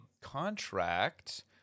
contract